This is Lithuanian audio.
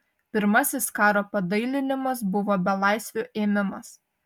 pirmasis karo padailinimas buvo belaisvių ėmimas